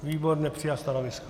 Výbor nepřijal stanovisko.